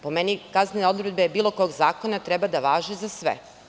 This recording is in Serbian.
Po meni kaznene odredbe bilo kog zakona treba da važe za sve.